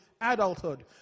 adulthood